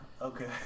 okay